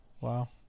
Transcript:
wow